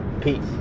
Peace